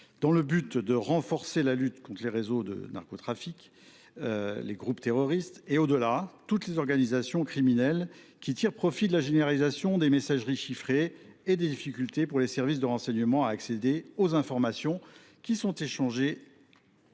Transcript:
s’agissait de renforcer la lutte contre les réseaux de narcotrafic, les groupes terroristes et, au delà, contre toutes les organisations criminelles qui tirent profit de la généralisation des messageries chiffrées et des difficultés, pour les services de renseignement, à accéder aux informations qui sont échangées